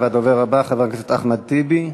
והדובר הבא, חבר הכנסת אחמד טיבי,